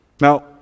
Now